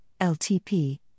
LTP